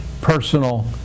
personal